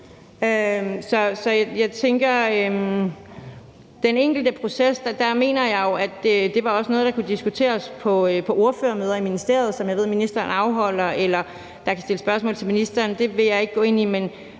den enkelte proces mener jeg jo, at det også var noget, der kunne diskuteres på ordførermøder i ministeriet, som jeg ved at ministeren afholder, eller der kan stilles spørgsmål til ministeren. Det vil jeg ikke gå ind i.